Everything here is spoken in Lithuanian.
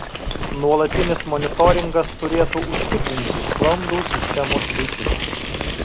nuolatinis monitoringas turėtų užtikrinti sklandų sistemos veikimą